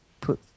put